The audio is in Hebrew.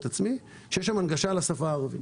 עצמי היא בין היתר שיש שם הנגשה לשפה הערבית.